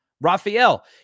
Rafael